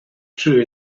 true